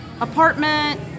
Apartment